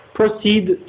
proceed